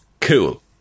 Cool